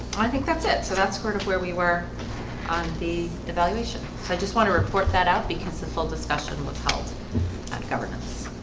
i think that's it, so that's sort of where we were on the evaluation so i just want to report that out because the full discussion was held governments